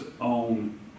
own